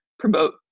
promote